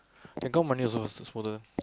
take out money also is this folder